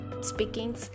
speaking